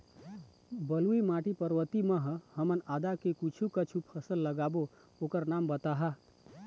बलुई माटी पर्वतीय म ह हमन आदा के कुछू कछु फसल लगाबो ओकर नाम बताहा?